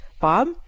Bob